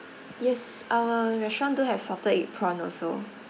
yes our restaurant do have salted egg prawn also